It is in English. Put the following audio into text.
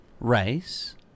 Rice